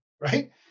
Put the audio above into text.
right